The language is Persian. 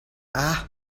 اَه